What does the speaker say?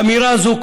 אמירה זו,